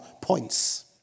points